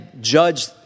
judge